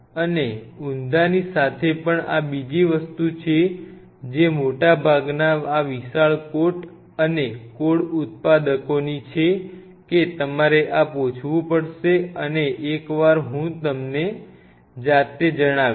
અને ઉંધાની સાથે પણ આ બીજી વસ્તુ છે જે મોટા ભાગના આ વિશાળ કોટ અને કોડ ઉત્પાદકોની છે કે તમારે આ પૂછવું પડશે અને એકવાર હું જાતે તમને જણાવીશ